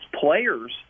players